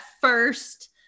first